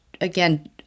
again